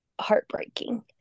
heartbreaking